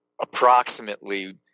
approximately